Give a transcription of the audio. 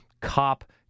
cop